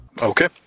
Okay